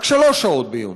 רק שלוש שעות ביום.